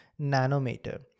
nanometer